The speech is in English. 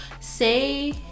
Say